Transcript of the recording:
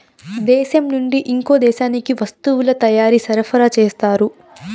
దేశం నుండి ఇంకో దేశానికి వస్తువుల తయారీ సరఫరా చేస్తారు